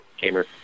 gamer